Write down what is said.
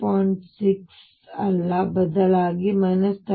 6 ಅಲ್ಲ ಬದಲಾಗಿ ಇದು 13